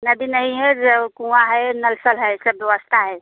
नदी नहीं है जल कुआँ है नल सब हैं सब व्यवस्था है